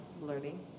learning